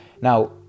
now